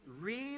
Read